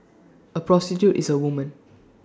A prostitute is A woman